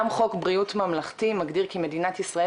גם חוק בריאות ממלכתי מגדיר כי מדינת ישראל,